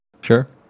sure